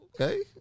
Okay